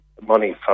money